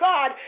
God